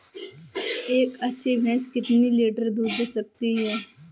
एक अच्छी भैंस कितनी लीटर दूध दे सकती है?